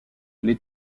les